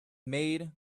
made